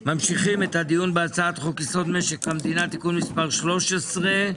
אנחנו ממשיכים את הדיון בהצעת חוק-יסוד: משק המדינה (תיקון מס' 13),